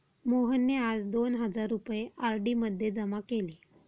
मोहनने आज दोन हजार रुपये आर.डी मध्ये जमा केले